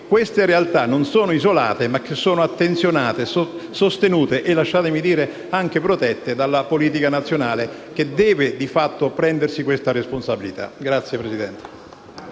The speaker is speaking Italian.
queste realtà non sono isolate ma sono attenzionate, sostenute e - lasciatemi dire - anche protette della politica nazionale, che deve di fatto assumersi questa responsabilità. *(Applausi